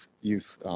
youth